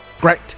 Great